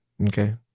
Okay